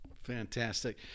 fantastic